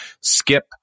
Skip